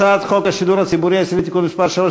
הצעת חוק השידור הציבורי הישראלי (תיקון מס' 3),